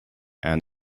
and